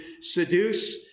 seduce